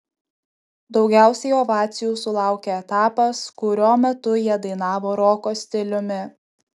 daugiausiai ovacijų sulaukė etapas kurio metu jie dainavo roko stiliumi